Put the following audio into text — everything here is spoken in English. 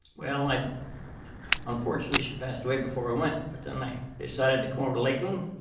well, i unfortunately, she passed away before i went. but then i decided to come over to lakeland.